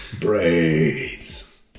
braids